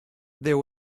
there